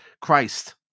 Christ